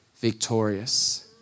victorious